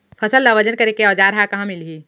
फसल ला वजन करे के औज़ार हा कहाँ मिलही?